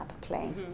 playing